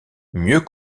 mieux